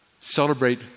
celebrate